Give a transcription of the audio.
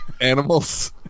animals